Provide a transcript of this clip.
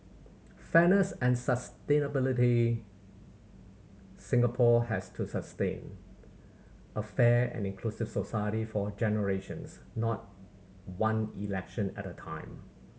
fairness and sustainability Singapore has to sustain a fair and inclusive society for generations not one election at a time